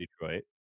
Detroit